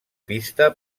pista